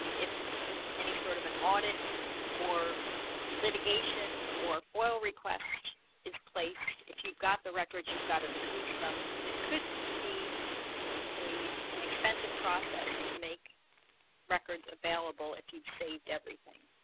if any sort of an audit or litigation or foil request is placed. if you've got the records you've got to produce them and it could be a an expensive process to make records available if you've saved everything